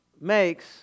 makes